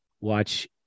watch